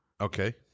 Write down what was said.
Okay